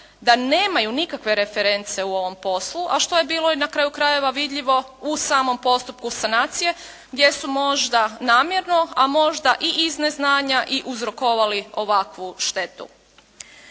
da nemaju nikakve reference na u ovom poslu, a što je bilo i na kraju krajeva vidljivo u samom postupku sanacije gdje su možda namjerno, a možda i iz neznanja i uzrokovali ovakvu štetu.